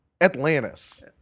Atlantis